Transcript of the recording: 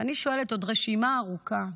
אני שואלת, עוד רשימה ארוכה,